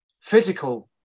physical